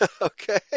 Okay